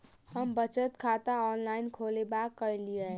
हम बचत खाता ऑनलाइन खोलबा सकलिये?